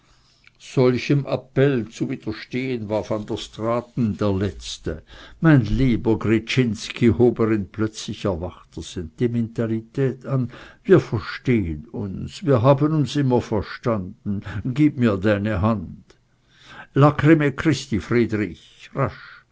solchem appell zu widerstehen war van der straaten der letzte mein lieber gryczinski hob er in plötzlich erwachter sentimentalität an wir verstehen uns wir haben uns immer verstanden gib mir deine hand lacrymae christi friedrich